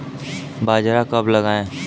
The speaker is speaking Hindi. बाजरा कब लगाएँ?